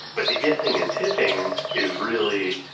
but the gifting and tipping is really,